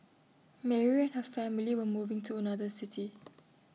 Mary and her family were moving to another city